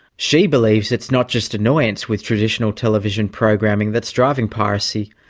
she believes it's not just annoyance with traditional television programming that's driving piracy,